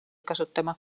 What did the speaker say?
kasutama